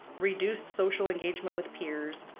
reduced social engagement with peers,